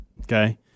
okay